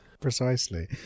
precisely